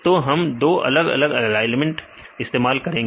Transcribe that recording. तो हम दो अलग अलग एलाइनमेंट इस्तेमाल करेंगे